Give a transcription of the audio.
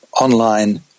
online